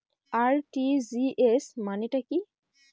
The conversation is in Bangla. আর.টি.জি.এস মানে টা কি?